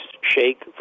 shake